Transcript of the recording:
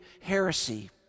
heresy